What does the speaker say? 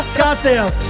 Scottsdale